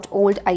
old